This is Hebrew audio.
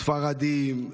ספרדים,